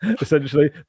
essentially